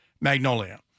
Magnolia